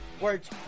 words